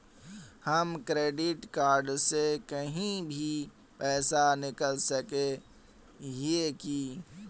हम credit card से कहीं भी पैसा निकल सके हिये की?